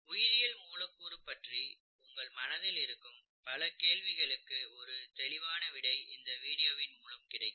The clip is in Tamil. உயிரியல் மூலக்கூறு பற்றி உங்கள் மனதில் இருக்கும் பல கேள்விகளுக்கு ஒரு தெளிவான விடை இந்த வீடியோவின் மூலம் கிடைக்கும்